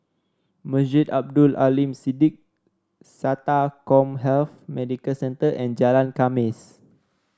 Masjid Abdul Aleem Siddique SATA CommHealth Medical Centre and Jalan Khamis